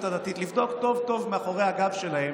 הדתית לבדוק טוב טוב מאחורי הגב שלהם